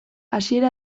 hasiera